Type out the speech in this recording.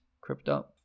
crypto